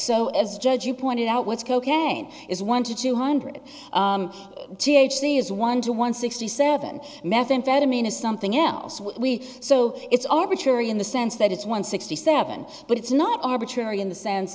so as judge you pointed out what's cocaine is one to two hundred t h c is one to one sixty seven methamphetamine is something else we so it's arbitrary in the sense that it's one sixty seven but it's not arbitrary in the sense